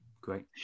great